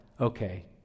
okay